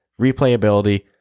replayability